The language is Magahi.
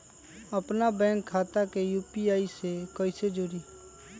अपना बैंक खाता के यू.पी.आई से कईसे जोड़ी?